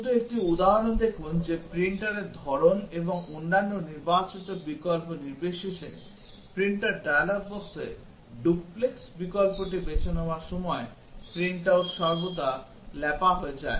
শুধু একটি উদাহরণ দেখুন যে প্রিন্টারের ধরন এবং অন্যান্য নির্বাচিত বিকল্প নির্বিশেষে প্রিন্টার ডায়ালগ বক্সে ডুপ্লেক্স বিকল্পটি বেছে নেওয়ার সময় প্রিন্ট আউট সর্বদা লেপা হয়ে যায়